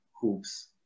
hoops